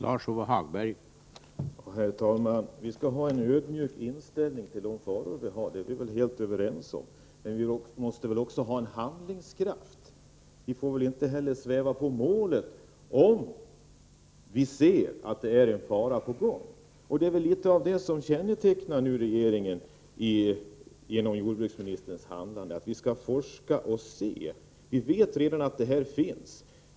Herr talman! Vi skall ha en ödmjuk inställning till de faror vi har — det är vi väl helt överens om. Men vi måste väl också ha handlingskraft! Vi får väl inte sväva på målet, om vi ser en fara. Det är väl det som nu kännetecknar regeringen genom jordbruksministerns handlande — vi skall forska och se. Vi vet redan att dioxinutsläpp förekommer.